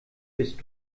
bist